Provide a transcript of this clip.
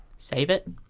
save it